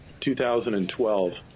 2012